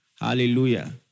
Hallelujah